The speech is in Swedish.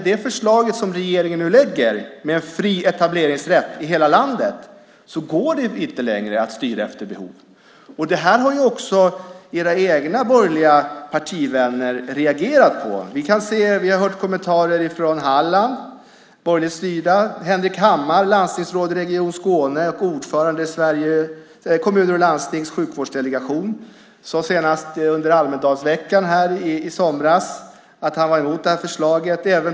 Det förslag som regeringen nu lägger fram, med fri etableringsrätt i hela landet, innebär att det inte längre går att styra efter behov, något som även era borgerliga partivänner reagerat mot. Vi har hört kommentarer från Halland, som är borgerligt styrt. Henrik Hammar, landstingsråd i Region Skåne och ordförande i Sveriges Kommuner och Landstings sjukvårdsdelegation, sade senast under Almedalsveckan i somras att han var emot förslaget.